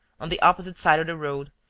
on the opposite side of the road,